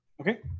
Okay